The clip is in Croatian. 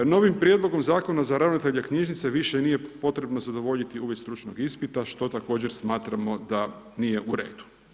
Novim prijedlogom zakona za ravnatelja knjižnice više nije potrebno zadovoljiti uvjet stručnog ispita, što također smatramo da nije u redu.